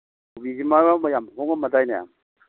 ꯀꯣꯕꯤꯁꯤ ꯃꯔꯛ ꯑꯃ ꯌꯥꯝ ꯍꯣꯡꯉꯝꯃꯗꯥꯏꯅꯦ